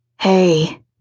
hey